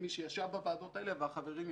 כמי שישב בוועדות האלה, והחברים ירחיבו,